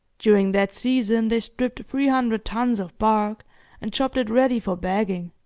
during that season they stripped three hundred tons of bark and chopped it ready for bagging.